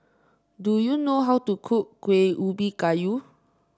do you know how to cook Kuih Ubi Kayu